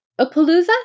Apalooza